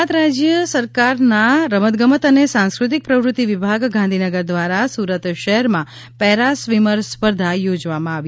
ગુજરાત રાજ્ય સરકારના રમત ગમત અને સાંસ્કૃતિક પ્રવૃત્તિ વિભાગ ગાંધીનગર દ્વારા સુરત શહેરમાં પેરા સ્વિમર સ્પર્ધા યોજવામાં આવી